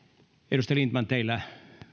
edustaja lindtman teillä